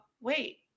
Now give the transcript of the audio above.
wait